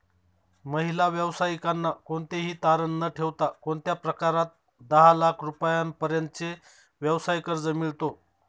महिला व्यावसायिकांना कोणतेही तारण न ठेवता कोणत्या प्रकारात दहा लाख रुपयांपर्यंतचे व्यवसाय कर्ज मिळतो?